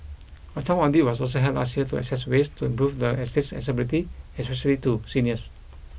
a town audit was also held last year to assess ways to improve the estate's accessibility especially to seniors